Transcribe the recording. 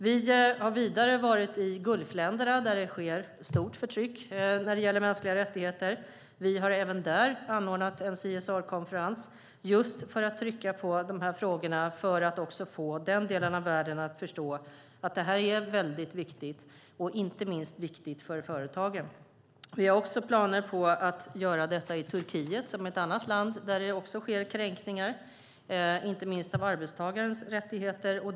Vi har vidare varit i gulfländerna där det sker ett stort förtryck när det gäller mänskliga rättigheter. Vi har även där anordnat en CSR-konferens just för att trycka på de här frågorna för att få också den delen av världen att förstå att detta är väldigt viktigt, och inte minst viktigt för företagen. Vi har också planer på att göra detta i Turkiet, som är ett annat land där det sker kränkningar, inte minst av arbetstagares rättigheter.